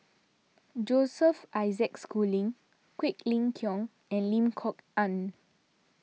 Joseph Isaac Schooling Quek Ling Kiong and Lim Kok Ann